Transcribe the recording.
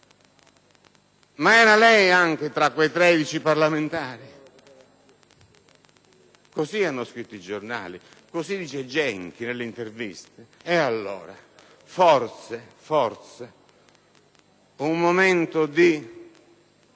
Ma c'era anche lei tra quei 13 parlamentari? Così hanno scritto i giornali, così dice Genchi nelle interviste. E allora, forse, un momento di